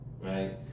right